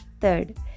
Third